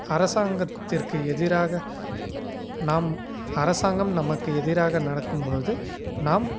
அரசாங்கத்திற்கு எதிராக நாம் அரசாங்கம் நமக்கு எதிராக நடக்கும்போது நாம்